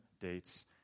dates